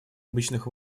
обычных